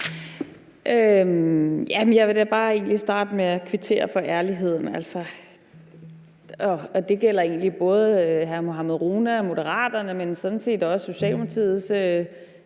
Jeg vil da egentlig bare starte med at kvittere for ærligheden. Det gælder både hr. Mohammad Rona og Moderaterne, men sådan set også Socialdemokratiets